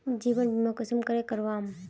जीवन बीमा कुंसम करे करवाम?